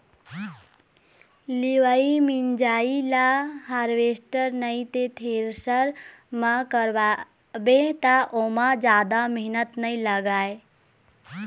लिवई मिंजई ल हारवेस्टर नइ ते थेरेसर म करवाबे त ओमा जादा मेहनत नइ लागय